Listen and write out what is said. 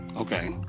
okay